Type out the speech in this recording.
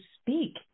speak